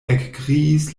ekkriis